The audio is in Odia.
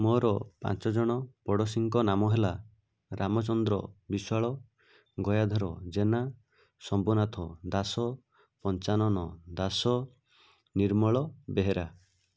ମୋର ପାଞ୍ଚ ଜଣ ପଡ଼ୋଶୀଙ୍କ ନାମ ହେଲା ରାମଚନ୍ଦ୍ର ବିଶ୍ୱାଳ ଗୟାଧର ଜେନା ସମ୍ଭୁନାଥ ଦାସ ପଞ୍ଚାନନ ଦାସ ନିର୍ମଳ ବେହେରା